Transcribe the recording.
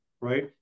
right